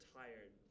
tired